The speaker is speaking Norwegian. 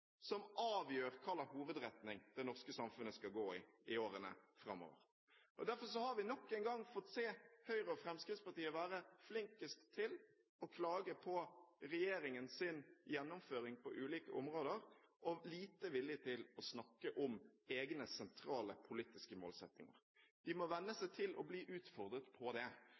som avgjør hva slags hovedretning det norske samfunnet skal gå i i årene framover. Derfor har vi nok en gang fått se Høyre og Fremskrittspartiet være flinkest til å klage på regjeringens gjennomføring på ulike områder og lite villige til å snakke om egne, sentrale politiske målsettinger. De må venne seg til å bli utfordret på det.